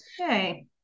okay